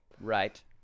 right